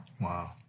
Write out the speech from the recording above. Wow